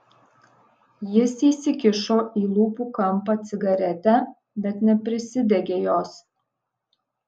jis įsikišo į lūpų kampą cigaretę bet neprisidegė jos